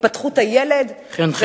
להתפתחות הילד, חן-חן.